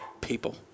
people